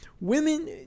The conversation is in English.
women